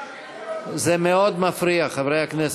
זה מאוד מפריע, חברי הכנסת,